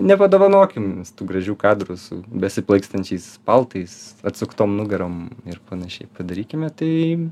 nepadovanokim tų gražių kadrų su besiplaikstančiais paltais atsuktom nugarom ir panašiai padarykime tai